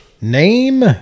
Name